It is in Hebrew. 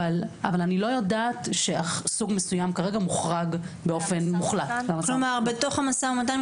אבל אני לא יודעת שסוג מסוים כרגע מוחרג באופן מוחלט מהמשא ומתן.